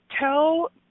tell